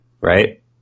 Right